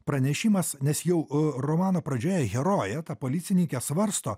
pranešimas nes jau romano pradžioje herojė ta policininkė svarsto